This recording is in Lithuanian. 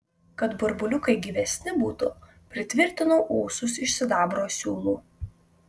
kad burbuliukai gyvesni būtų pritvirtinau ūsus iš sidabro siūlų